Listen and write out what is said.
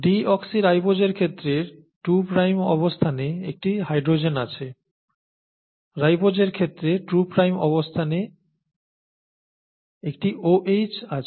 ডিঅক্সিরাইবোজের ক্ষেত্রে 2 প্রাইম অবস্থানে একটি H আছে রাইবোজের ক্ষেত্রে 2 প্রাইম অবস্থানে একটি OH আছে